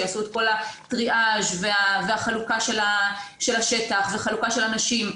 שיעשו את כל הטריאז' והחלוקה של השטח וחלוקה של אנשים,